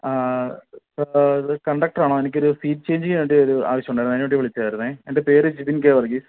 അത് കണ്ടക്ടറാണോ എനിക്കൊരു സീറ്റ് ചെഞ്ചിങ്ങിന് വേണ്ടി ഒരു ആവശ്യമുണ്ടായിരുന്നെ അതിന് വേണ്ടി വിളിച്ചതായിരുന്നെ എൻ്റെ പേര് ജിതിൻ കെ വർഗീസ്